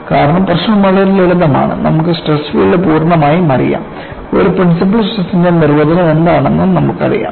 കാരണം പ്രശ്നം വളരെ ലളിതമാണ് നമുക്ക് സ്ട്രെസ് ഫീൽഡ് പൂർണ്ണമായും അറിയാം ഒരു പ്രിൻസിപ്പൾ സ്ട്രെസിന്റെ നിർവചനം എന്താണെന്നും നമുക്കറിയാം